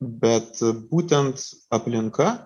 bet būtent aplinka